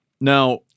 Now